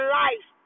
life